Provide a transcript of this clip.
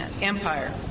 empire